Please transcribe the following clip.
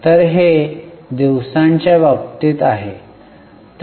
तर हे दिवसांच्या बाबतीत आहे